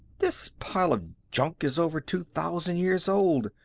this pile of junk is over two thousand years old.